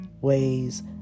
ways